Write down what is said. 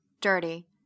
dirty